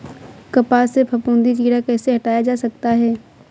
कपास से फफूंदी कीड़ा कैसे हटाया जा सकता है?